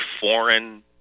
foreign